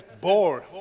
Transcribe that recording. bored